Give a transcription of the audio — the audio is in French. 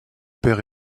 père